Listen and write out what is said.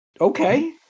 Okay